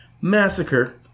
Massacre